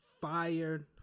Fired